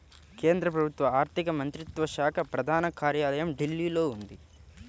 కేంద్ర ప్రభుత్వ ఆర్ధిక మంత్రిత్వ శాఖ ప్రధాన కార్యాలయం ఢిల్లీలో ఉంది